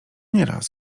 nieraz